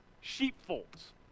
sheepfolds